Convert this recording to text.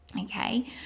okay